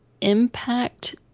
impact